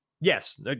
Yes